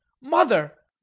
mother!